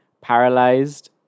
paralyzed